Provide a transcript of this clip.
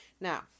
Now